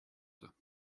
shorter